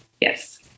Yes